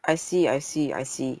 I see I see I see